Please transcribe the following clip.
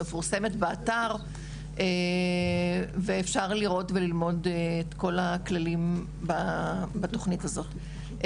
מפורסמת באתר ואפשר לראות וללמוד את כל הכללים בתוכנית הזאת.